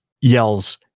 yells